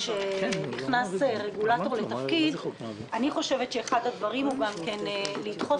כשנכנס רגולטור לתפקיד אני חושבת שאחד הדברים הוא גם לדחוף